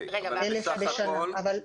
בסך הכול,